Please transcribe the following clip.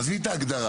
ממ"דים.